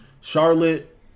Charlotte